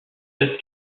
cette